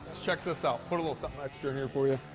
check this out. put a little something extra in here for you.